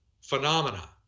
phenomena